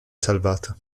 salvata